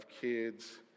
kids